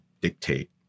dictate